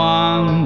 one